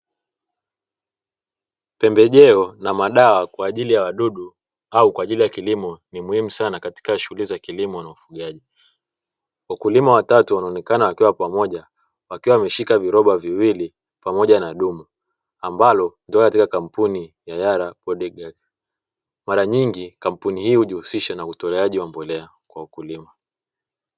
Pembejeo na madawa kwa ajili ya wadudu au kwa ajili ya kilimo ni muhimu sana katika shughuli za kilimo na ufugaji. Wakulima watatu wanaonekana wakiwa pamoja wakiwa wameshika viroba viwili pamoja na dumu, ambalo hutoka katika kampuni ya "yarabodega". Mara nyingi kampuni hii hujihusisha na utoleaji wa mbolea kwa wakulima.